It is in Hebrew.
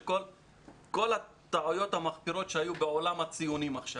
כל הטעויות המחפירות שהיו בעולם הציונים עכשיו.